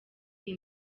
iyi